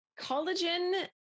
Collagen